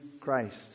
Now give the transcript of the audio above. Christ